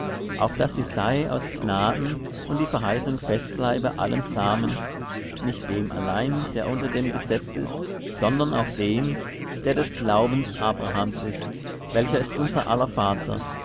auf daß sie sei aus gnaden und die verheißung fest bleibe allem samen nicht dem allein der unter dem gesetz ist sondern auch dem der des glaubens abrahams ist welcher ist unser aller vater